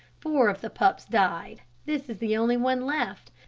four of the pups died. this is the only one left.